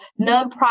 nonprofit